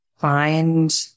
find